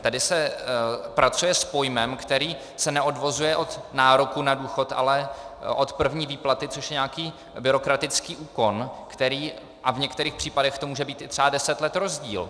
Tady se pracuje s pojmem, který se neodvozuje od nároku na důchod, ale od první výplaty, což je nějaký byrokratický úkon, a v některých případech to může být třeba i deset let rozdíl.